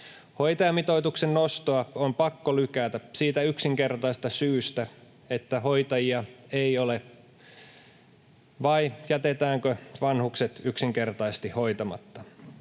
Hoitajamitoituksen nostoa on pakko lykätä siitä yksinkertaisesta syystä, että hoitajia ei ole — vai jätetäänkö vanhukset yksinkertaisesti hoitamatta?